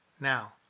Now